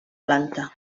planta